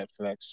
Netflix